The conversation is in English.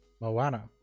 Moana